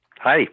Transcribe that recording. Hi